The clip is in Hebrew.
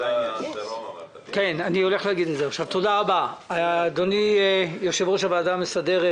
תודה רבה, אדוני יושב-ראש הוועדה המסדרת.